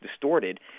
distorted